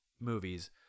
movies